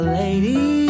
lady